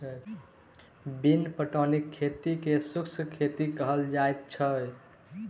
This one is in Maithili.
बिन पटौनीक खेती के शुष्क खेती कहल जाइत छै